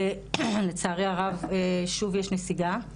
לצערי הרב, שוב יש נסיגה,